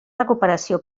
recuperació